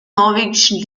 norwegischen